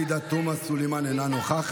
חברת הכנסת עאידה תומא סלימאן, אינה נוכחת.